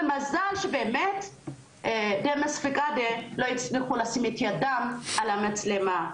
ומזל שבאמת דמאס פיקדה לא הצליחו לשים את ידם על המצלמה.